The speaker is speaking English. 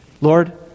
lord